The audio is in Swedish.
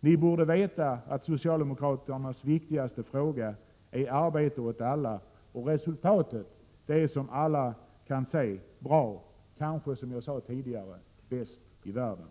Ni borde veta att socialdemokraternas viktigaste fråga är arbete åt alla. Resultatet är, som alla kan se, bra — kanske, som jag sade tidigare, bäst i världen.